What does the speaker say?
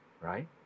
right